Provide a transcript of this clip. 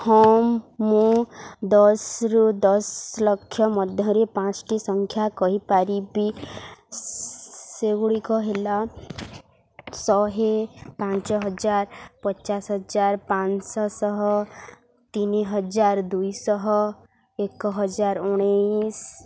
ହଁ ମୁଁ ଦଶରୁ ଦଶ ଲକ୍ଷ ମଧ୍ୟରେ ପାଞ୍ଚଟି ସଂଖ୍ୟା କହିପାରିବି ସେଗୁଡ଼ିକ ହେଲା ଶହ ପାଞ୍ଚ ହଜାର ପଚାଶ ହଜାର ପାଞ୍ଚଶହ ତିନି ହଜାର ଦୁଇଶହ ଏକ ହଜାର ଉଣେଇଶି